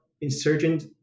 insurgent